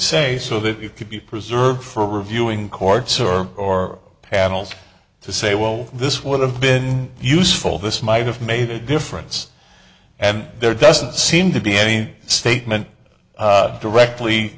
say so that it could be preserved for reviewing courts or or panels to say well this would have been useful this might have made a difference and there doesn't seem to be any statement directly